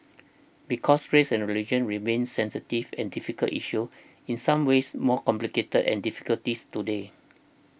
because race and religion remain sensitive and difficult issues in some ways more complicated and difficulties today